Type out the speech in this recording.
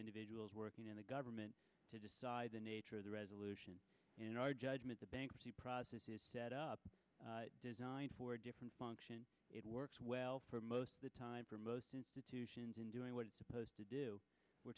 individuals working in the government to decide the nature of the resolution in our judgment the bankruptcy process is set up designed for different function it works well for most of the time for most institutions in doing what supposed to do we're